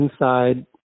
inside